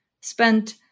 spent